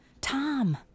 Tom